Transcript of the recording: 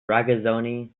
regazzoni